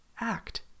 Act